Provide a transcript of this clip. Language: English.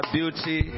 Beauty